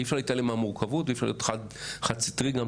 אי אפשר להתעלם מהמורכבות ואי אפשר להיות חד סטרי גם.